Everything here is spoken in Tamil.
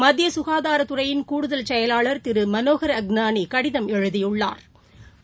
மத்தியககாதாரத்துறையின் கூடுதல் செயலாளா் திருமனோகா் அக்நானிகடிதம் எழுதியுள்ளா்